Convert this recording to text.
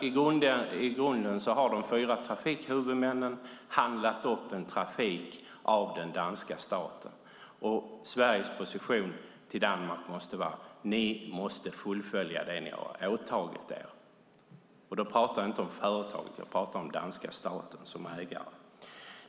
I grunden har de fyra trafikhuvudmännen handlat upp en trafik av den danska staten, och Sveriges position gentemot Danmark måste vara att de måste fullfölja det som de har åtagit sig. Då talar jag inte om företaget, utan jag talar om den danska staten som ägare.